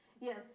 yes